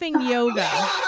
yoga